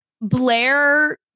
Blair